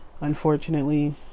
Unfortunately